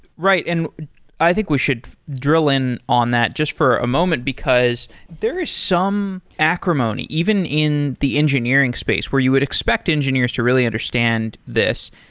right. and i think we should drill on that just for a moment, because there is some acrimony, even in the engineering space where you would expect engineers to really understand this,